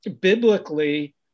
biblically